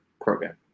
program